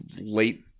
late